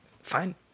Fine